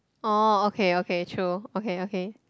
oh okay okay true okay okay